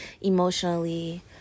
emotionally